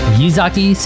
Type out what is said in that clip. Yuzaki